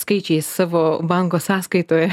skaičiais savo banko sąskaitoje